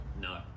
No